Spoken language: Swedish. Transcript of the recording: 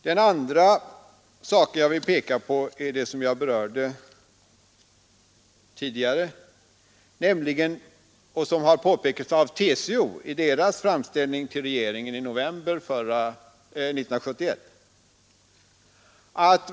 Den andra sak som jag vill peka på har jag berört tidigare och den påpekas också av TCO i dess framställning till regeringen i november 1971.